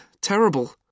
terrible